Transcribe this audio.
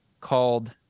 called